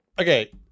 Okay